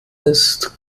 ist